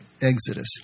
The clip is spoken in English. Exodus